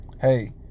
Hey